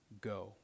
go